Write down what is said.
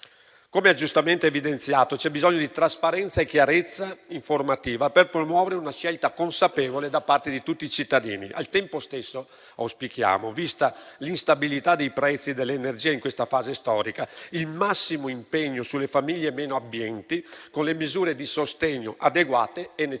Come giustamente evidenziato, c'è bisogno di trasparenza e chiarezza informativa per promuovere una scelta consapevole da parte di tutti i cittadini. Al tempo stesso auspichiamo, vista l'instabilità dei prezzi dell'energia in questa fase storica, il massimo impegno sulle famiglie meno abbienti, con le misure di sostegno adeguate e necessarie.